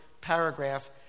paragraph